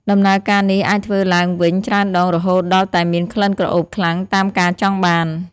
ដំណើរការនេះអាចធ្វើឡើងវិញច្រើនដងរហូតដល់តែមានក្លិនក្រអូបខ្លាំងតាមការចង់បាន។